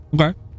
Okay